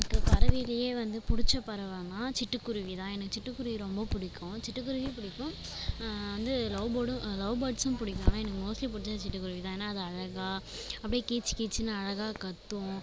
எனக்கு பறவைலேயே வந்து பிடிச்ச பறவைன்னா சிட்டுக்குருவி தான் எனக்கு சிட்டுக்குருவி ரொம்ப பிடிக்கும் சிட்டுக்குருவியும் பிடிக்கும் வந்து லவ்பேர்டும் லவ்பேர்ட்ஸும் பிடிக்கும் ஆனால் எனக்கு மோஸ்ட்லி பிடிச்சது சிட்டுக்குருவி தான் ஏன்னால் அது அழகாக அப்படியே கீச்சு கீச்சுன்னு அழகாக கத்தும்